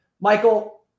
Michael